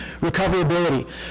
recoverability